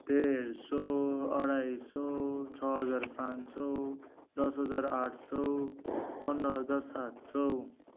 डेढ सय अढाई सय छ हजार पाँच सय दस हजार आठ सय पन्ध्र हजार सात सय